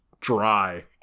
dry